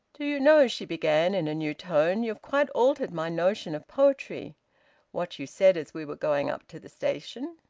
do you know, she began, in a new tone, you've quite altered my notion of poetry what you said as we were going up to the station.